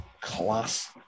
class